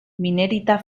minerita